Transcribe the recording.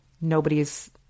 nobody's